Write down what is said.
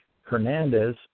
Hernandez